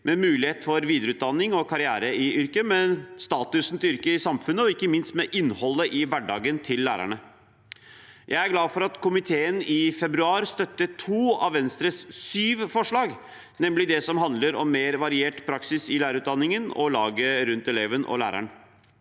med mulighet for videreutdanning og karriere i yrket, med statusen til yrket i samfunnet og ikke minst med innholdet i hverdagen til lærerne. Jeg er glad for at komiteen i februar støttet to av Venstres syv forslag, nemlig dem som handler om mer variert praksis i lærerutdanningen og laget rundt eleven og læreren.